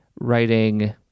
writing